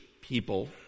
people